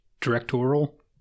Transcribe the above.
directorial